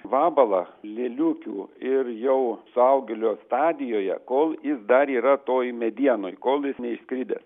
vabalą lėliukių ir jau suaugėlio stadijoje kol jis dar yra toj medienoj kol jis neišskridęs